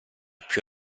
più